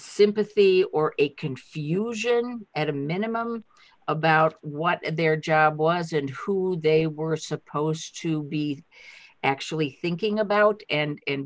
sympathy or a confusion at a minimum about what their job was and who they were supposed to be actually thinking about and